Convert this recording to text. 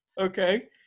Okay